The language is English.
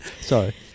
Sorry